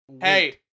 hey